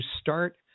start